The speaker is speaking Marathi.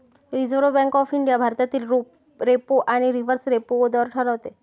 रिझर्व्ह बँक ऑफ इंडिया भारतातील रेपो आणि रिव्हर्स रेपो दर ठरवते